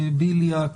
בליאק,